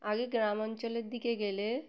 আগে গ্রাম অঞ্চলের দিকে গেলে